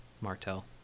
martell